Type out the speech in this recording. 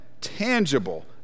tangible